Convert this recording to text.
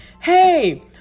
hey